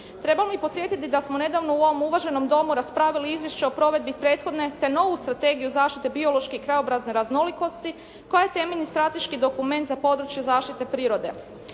Trebam li podsjetiti da smo nedavno u ovom uvaženom Domu raspravili izvješće o provedbi prethodne te novu Strategiju zaštite biološke i krajobrazne raznolikosti koja je temeljni strateški dokument za područje zaštite prirode?